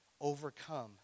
overcome